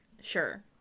Sure